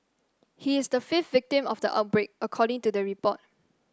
he is the fifth victim of the outbreak according to the report